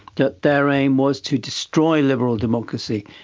that their aim was to destroy liberal democracy.